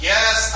Yes